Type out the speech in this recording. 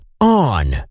on